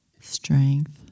strength